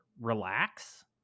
relax